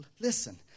Listen